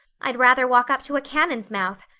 i'd rather walk up to a cannon's mouth.